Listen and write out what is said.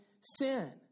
sin